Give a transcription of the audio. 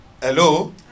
Hello